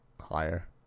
higher